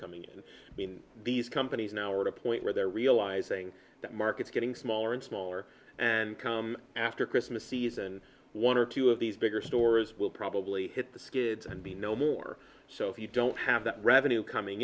coming in i mean these companies now are at a point where they're realizing that markets getting smaller and smaller and come after christmas season one or two of these bigger stores will probably hit the skids and be no more so if you don't have that revenue coming